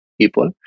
people